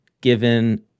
given